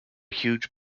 huge